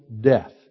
death